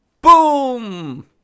Boom